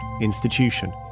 institution